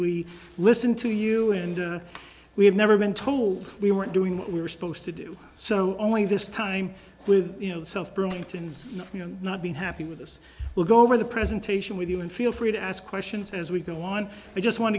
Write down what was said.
we listen to you and we have never been told we weren't doing what we were supposed to do so only this time with you know self burlington's you know not being happy with us we'll go over the presentation with you and feel free to ask questions as we go on i just want